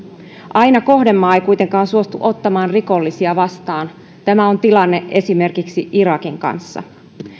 aina kohdemaa ei kuitenkaan suostu ottamaan rikollisia vastaan tämä on tilanne esimerkiksi irakin kanssa